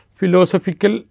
philosophical